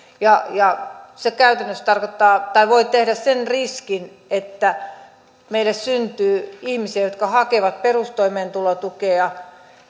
se käytännössä voi tehdä sen riskin että meille syntyy tilanne jossa ihmiset hakevat perustoimeentulotukea